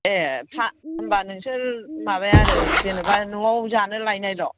ए फा होनबा नोंसोर माबाया आरो जेन'बा न'आव जानो लायनायल'